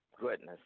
goodness